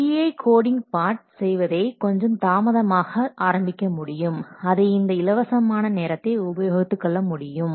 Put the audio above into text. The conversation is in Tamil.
GUI கோடிங் பாட் செய்வதை கொஞ்சம் தாமதமாக ஆரம்பிக்க முடியும் அதை இந்த இலவசமான நேரத்தை உபயோகித்து கொள்ள முடியும்